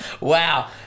Wow